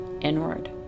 inward